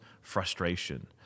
frustration